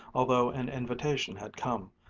although an invitation had come,